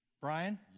Brian